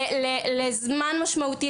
לזמן משמעותי,